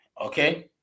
okay